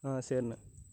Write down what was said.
ஆ சரிண்ணே